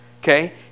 Okay